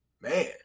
Man